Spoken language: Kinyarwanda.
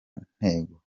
ntego